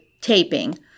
taping